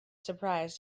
surprised